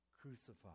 crucified